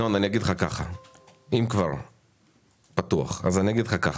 אם כבר פתוח, אני אגיד לך ככה.